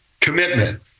commitment